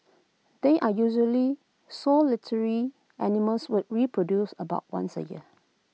they are usually solitary animals which reproduce about once A year